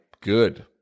good